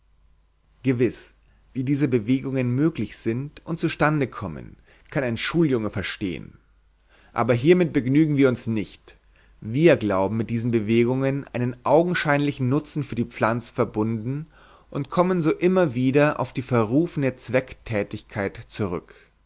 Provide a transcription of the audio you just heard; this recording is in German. gewiß wie diese bewegungen möglich sind und zustande kommen kann ein schuljunge verstehn aber hiermit begnügen wir uns nicht wir glauben mit diesen bewegungen einen augenscheinlichen nutzen für die pflanze verbunden und kommen so immer wieder auf die verrufene zwecktätigkeit zurück